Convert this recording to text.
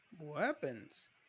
weapons